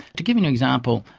to give you an example,